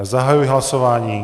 Zahajuji hlasování.